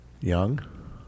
young